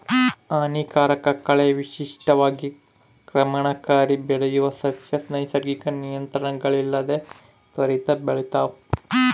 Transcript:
ಹಾನಿಕಾರಕ ಕಳೆ ವಿಶಿಷ್ಟವಾಗಿ ಕ್ರಮಣಕಾರಿ ಬೆಳೆಯುವ ಸಸ್ಯ ನೈಸರ್ಗಿಕ ನಿಯಂತ್ರಣಗಳಿಲ್ಲದೆ ತ್ವರಿತ ಬೆಳಿತಾವ